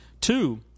two